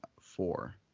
four